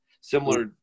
Similar